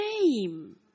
name